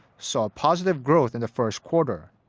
saw positive growth in the first quarter.